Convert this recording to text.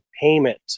payment